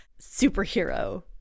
superhero